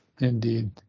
indeed